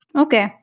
okay